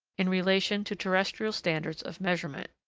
in relation to terrestrial standards of measurement.